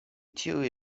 tuj